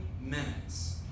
Minutes